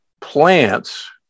plants